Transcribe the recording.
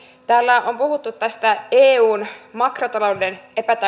täällä on puhuttu tästä eun makrotalouden